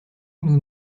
nous